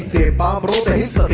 a bottle of